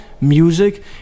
music